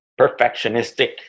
perfectionistic